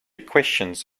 questions